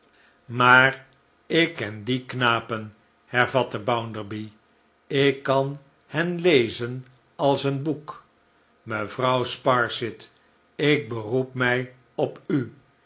maar ik ken die knapen hervatte bounderby ik kan hen lezen als een boek mevrouw sparsit ik beroep mij op u